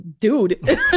dude